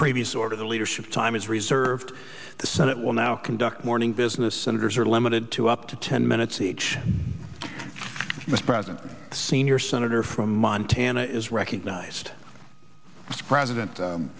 previous order the leadership time is reserved the senate will now conduct morning business senators are limited to up to ten minutes each present senior senator from montana is recognized as president